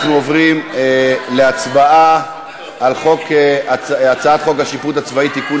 אנחנו עוברים להצבעה על הצעת חוק השיפוט הצבאי (תיקון